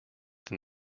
than